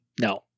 No